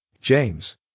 James